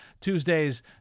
Tuesday's